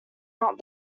not